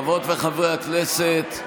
חברות וחברי הכנסת,